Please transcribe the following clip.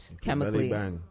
chemically